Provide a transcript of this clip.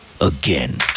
again